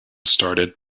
started